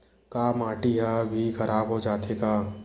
का माटी ह भी खराब हो जाथे का?